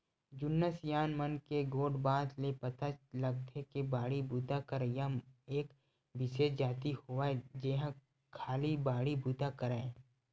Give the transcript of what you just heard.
जुन्ना सियान मन के गोठ बात ले पता लगथे के बाड़ी बूता करइया एक बिसेस जाति होवय जेहा खाली बाड़ी बुता करय